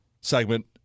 segment